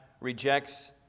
rejects